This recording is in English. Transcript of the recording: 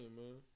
man